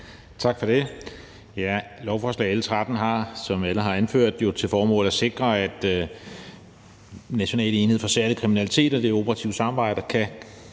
Tak for det. Lovforslag L 13 har, som alle har anført, jo til formål at sikre, at National enhed for Særlig Kriminalitet og det operative samarbejde kan